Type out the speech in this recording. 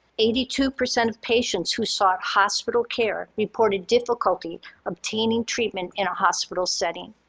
eighty two percent of patients who sought hospital care reported difficulty obtaining treatment in a hospital setting.